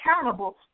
accountable